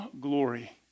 glory